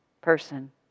person